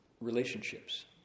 Relationships